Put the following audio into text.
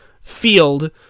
field